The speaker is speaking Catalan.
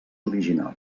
original